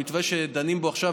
המתווה שדנים בו עכשיו,